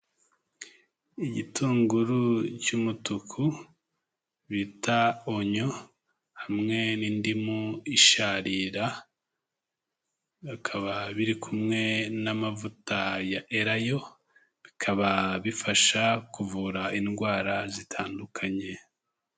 Igitunguru cy'umutuku bita onyo hamwe n'indimu isharira, bikaba biri kumwe n'amavuta ya elayo, bikaba bifasha kuvura indwara zitandukanye.